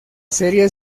serie